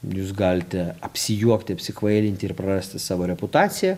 jūs galite apsijuokti apsikvailinti ir prarasti savo reputaciją